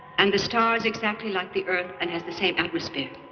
and the star is exactly like the earth and has the same atmosphere.